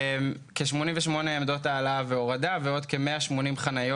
כ-88 עמדות העלאה והורדה ועוד כ-180 חניות